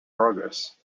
progress